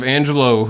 Angelo